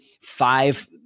five